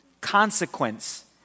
Consequence